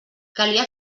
calia